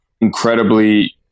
incredibly